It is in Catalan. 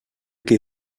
qui